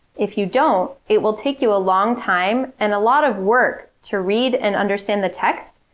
if you don't, it will take you a long time and a lot of work to read and understand the text,